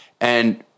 and-